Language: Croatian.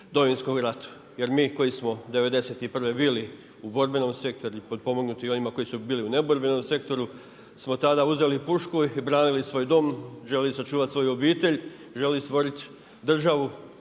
Domovinskom ratu. Jer mi koji smo '91. bili u borbenom sektoru i potpomognuti onima koji su bili u neborbenom sektoru smo tada uzeli pušku i branili svoj dom, željeli sačuvati svoju obitelj, željeli stvoriti državu